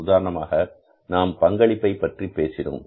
உதாரணமாக நாம் பங்களிப்பை பற்றி பேசினோம்